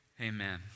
Amen